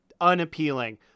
unappealing